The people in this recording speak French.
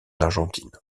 argentine